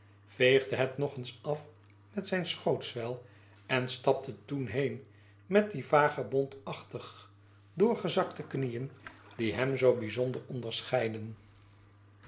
veegde het nog eens af met zijn schootsvel en stapte toen heen met die vagebondachtig doorgezakte knieen die hem zoo bijzonder onderscheidden